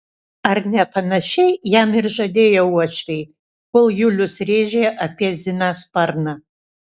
ar ne panašiai jam ir žadėjo uošviai kol julius rėžė apie ziną sparną